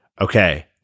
Okay